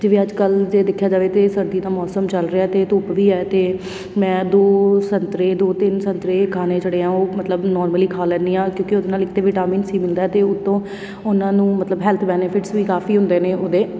ਜਿਵੇਂ ਅੱਜ ਕੱਲ੍ਹ ਜੇ ਦੇਖਿਆ ਜਾਵੇ ਤਾਂ ਸਰਦੀ ਦਾ ਮੌਸਮ ਚੱਲ ਰਿਹਾ ਅਤੇ ਧੁੱਪ ਵੀ ਹੈ ਅਤੇ ਮੈਂ ਦੋ ਸੰਤਰੇ ਦੋ ਤਿੰਨ ਸੰਤਰੇ ਖਾਣੇ ਜਿਹੜੇ ਆ ਉਹ ਮਤਲਬ ਨੋਰਮਲੀ ਖਾ ਲੈਂਦੀ ਹਾਂ ਕਿਉਂਕਿ ਉਹਦੇ ਨਾਲ ਇੱਕ ਤਾਂ ਵਿਟਾਮਿਨ ਸੀ ਮਿਲਦਾ ਅਤੇ ਉੱਤੋਂ ਉਹਨਾਂ ਨੂੰ ਮਤਲਬ ਹੈਲਥ ਬੈਨੀਫਿਟਸ ਵੀ ਕਾਫ਼ੀ ਹੁੰਦੇ ਨੇ ਉਹਦੇ